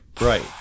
Right